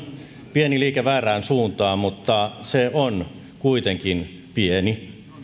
pieni liike väärään suuntaan mutta se on kuitenkin pieni